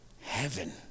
heaven